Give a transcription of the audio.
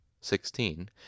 sixteen